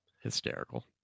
hysterical